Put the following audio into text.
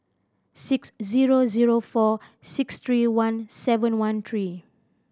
six zero zero four six three one seven one three